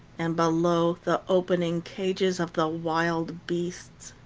and, below, the opening cages of the wild beasts.